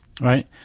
Right